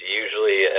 usually